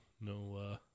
no